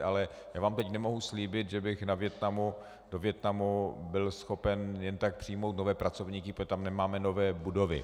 Ale já vám teď nemohu slíbit, že bych do Vietnamu byl schopen jen tak přijmout nové pracovníky, protože tam nemáme nové budovy.